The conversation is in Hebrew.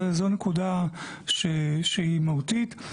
זו נקודה שהיא מהותית.